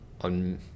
on